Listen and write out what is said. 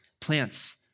plants